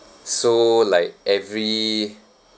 so like every